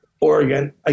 Oregon